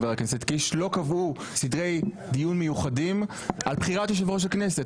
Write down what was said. לא קבעו סדרי דיון מיוחדים על בחירת יושב-ראש הכנסת.